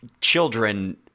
children